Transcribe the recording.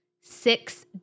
six